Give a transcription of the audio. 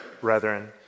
brethren